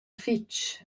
fich